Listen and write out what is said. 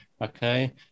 okay